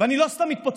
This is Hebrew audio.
אני לא סתם מתפוצץ.